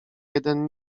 jeden